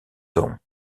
don